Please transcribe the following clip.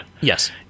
Yes